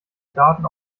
daten